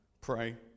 pray